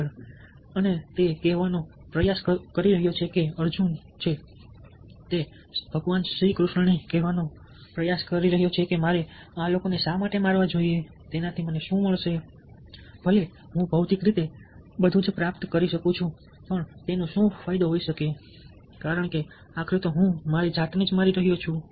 આગળ તેથી વધુ અને તે કહેવાનો પ્રયાસ કરી રહ્યો છે કે તે અર્જુન છે તે ભગવાન કૃષ્ણને કહેવાનો પ્રયાસ કરી રહ્યો છે કે મારે આ લોકોને શા માટે મારવા જોઈએ મને શું મળશે ભલે હું ભૌતિક રીતે પ્રાપ્ત કરી શકું શું તેનો કોઈ ફાયદો નથી કારણ કે આખરે હું મારી જાત ને રી મારહ્યો છું